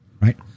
right